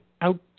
out